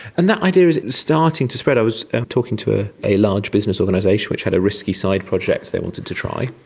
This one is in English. and that idea is starting to spread. i was talking to ah a large business organisation which had a risky side project they wanted to try.